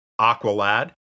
Aqualad